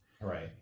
Right